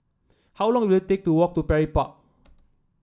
how long will it take to walk to Parry Walk